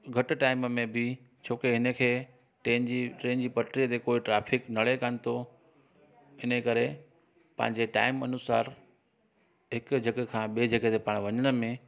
घटि टाइम में बि छोकि हिन खे ट्रेन जी ट्रेन जी पटरीअ ते कोई ट्रैफ़िक नड़े कोनि थो हिने करे पंहिंजे टाईम अनुसार हिकु जॻह खां ॿे जॻह ते पाण वञण में